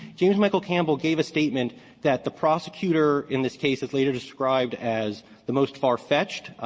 james michael campbell gave a statement that the prosecutor in this case has later described as the most farfetched.